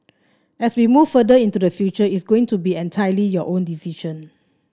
as we move further into the future it's going to be entirely your own decision